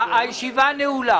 הישיבה נעולה.